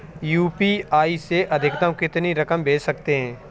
UPI से अधिकतम कितनी रकम भेज सकते हैं?